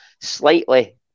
slightly